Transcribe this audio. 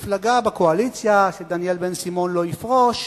כמפלגה בקואליציה, שדניאל בן-סימון לא יפרוש.